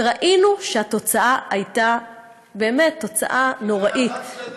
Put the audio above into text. וראינו שהתוצאה הייתה באמת תוצאה נוראית.